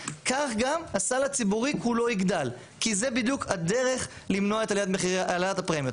כך גם הסל הציבורי כולו יגדל כי זה בדיוק הדרך למנוע את העלאת הפרמיות.